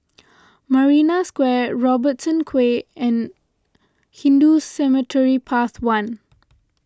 Marina Square Robertson Quay and Hindu Cemetery Path one